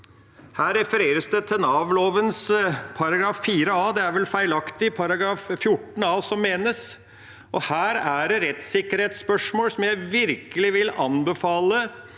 Her refereres det til NAV-loven § 4 a – det er vel feilaktig, det er § 14 a som menes. Her er det rettssikkerhetsspørsmål som jeg virkelig vil anbefale